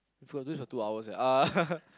we've got to do this for two hours eh uh